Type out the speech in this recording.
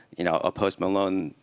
you know, a post malone,